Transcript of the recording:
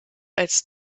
als